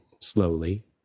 slowly